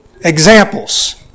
examples